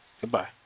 Goodbye